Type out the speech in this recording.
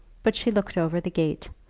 but she looked over the gate,